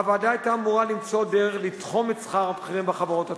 הוועדה היתה אמורה למצוא דרך לתחום את שכר הבכירים בחברות הציבוריות.